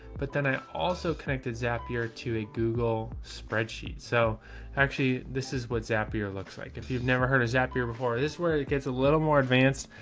but then i also connected zapier to a google spreadsheet. so actually this is what zapier looks like. if you've never heard of zapier before, this where it gets a little more advanced.